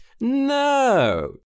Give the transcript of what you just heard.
no